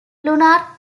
lunar